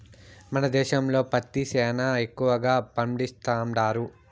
మన దేశంలో పత్తి సేనా ఎక్కువగా పండిస్తండారు